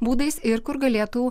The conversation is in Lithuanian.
būdais ir kur galėtų